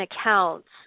accounts